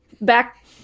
back